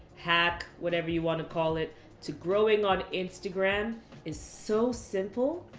hack, whatever you want to call it to growing on instagram is so simple,